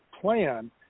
plan